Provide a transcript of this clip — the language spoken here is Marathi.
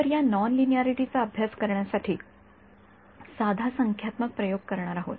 तर या नॉन लिनिअरिटीचा अभ्यास करण्यासाठी साधा संख्यात्मक प्रयोग करणार आहोत